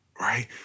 Right